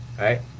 right